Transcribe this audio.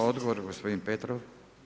Odgovor gospodin Petrov.